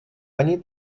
ani